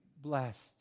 blessed